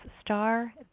star